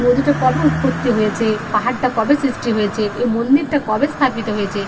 নদীটা কবে উৎপত্তি হয়েছে পাহাড়টা কবে সৃষ্টি হয়েছে ক্ এ মন্দিরটা কবে স্থাপিত হয়েছে